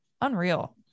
unreal